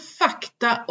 fakta